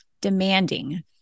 demanding